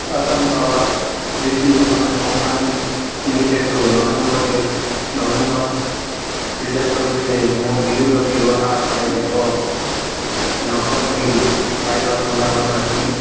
Assam power distribution company ଲିମିଟେଡ଼୍ରୁ November November ଦୁଇ ହଜାର ଚବିଶରେ ମୋ ବିଦ୍ୟୁତ ବ୍ୟବହାର ପାଇଁ ଏକ ନକଲ ବିଲ୍ ପାଇବା ସମ୍ଭାବନା କି